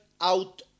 Out